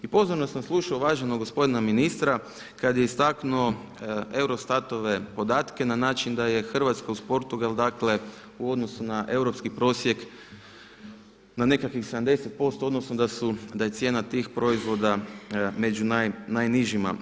I pozorno sam slušao uvaženog gospodina ministra kad je istaknuo EUROSTAT-ove podatke na način da je Hrvatska uz Portugal, dakle u odnosu na europski prosjek na nekakvih 70% odnosno da je cijena tih proizvoda među najnižima.